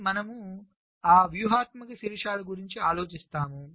కాని మనము ఆ వ్యూహాత్మక శీర్షాల గురించి ఆలోచిస్తాము